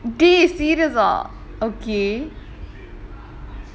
dey serious ah okay